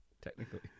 technically